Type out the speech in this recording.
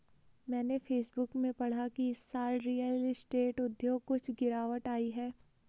मैंने फेसबुक में पढ़ा की इस साल रियल स्टेट उद्योग कुछ गिरावट आई है